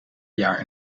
jaar